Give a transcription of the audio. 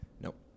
Nope